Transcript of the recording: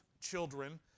children